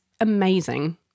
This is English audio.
amazing